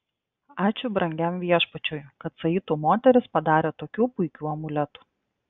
ačiū brangiam viešpačiui kad saitu moterys padarė tokių puikių amuletų